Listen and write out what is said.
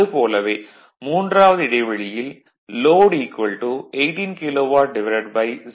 அதுபோலவே மூன்றாவது இடைவெளியில் லோட் 18 கிலோவாட்0